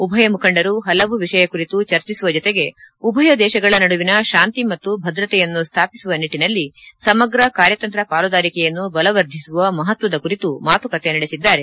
ಉಭಯ ಮುಖಂಡರು ಪಲವು ವಿಷಯ ಕುರಿತು ಚರ್ಚಿಸುವ ಜತೆಗೆ ಉಭಯ ದೇಶಗಳ ನಡುವಿನ ಶಾಂತಿ ಮತ್ತು ಭದ್ರತೆಯನ್ನು ಸ್ಥಾಪಿಸುವ ನಿಟ್ಟನಲ್ಲಿ ಸಮಗ್ರ ಕಾರ್ಯತಂತ್ರ ಪಾಲುದಾರಿಕೆಯನ್ನು ಬಲವರ್ಧಿಸುವ ಮಹತ್ವದ ಕುರಿತು ಮಾತುಕತೆ ನಡೆಸಿದ್ದಾರೆ